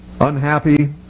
unhappy